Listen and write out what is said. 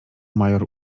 major